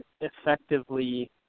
effectively